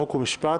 חוק ומשפט,